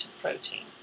protein